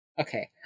Okay